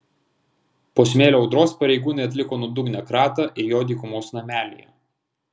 po smėlio audros pareigūnai atliko nuodugnią kratą ir jo dykumos namelyje